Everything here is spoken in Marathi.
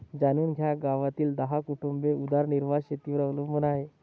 जाणून घ्या गावातील दहा कुटुंबे उदरनिर्वाह शेतीवर अवलंबून आहे